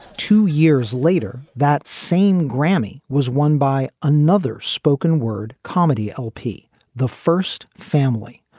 two years later, that same grammy was won by another spoken word comedy lp the first family,